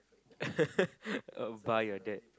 uh buy your dad